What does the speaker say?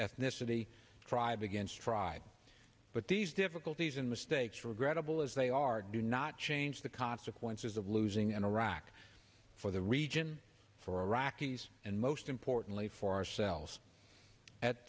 ethnicity cry began stride but these difficulties in mistakes regrettable as they are do not change the consequences of losing in iraq for the region for iraqis and most importantly for ourselves at